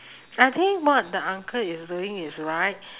I think what the uncle is doing is right